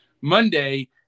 Monday